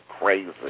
crazy